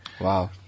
Wow